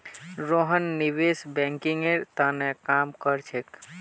रोहन निवेश बैंकिंगेर त न काम कर छेक